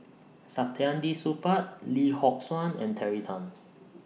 Saktiandi Supaat Lee Yock Suan and Terry Tan